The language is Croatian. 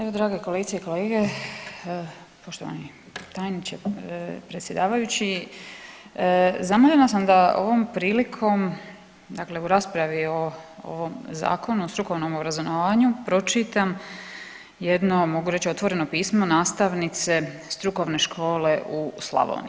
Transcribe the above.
Evo drage kolegice i kolege, poštovani tajniče, predsjedavajući, zamoljena sam da ovom prilikom, dakle u raspravi o ovom Zakonu o strukovnom obrazovanju pročitam jedno mogu reći otvoreno pismo nastavnice strukovne škole u Slavoniji.